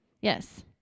Yes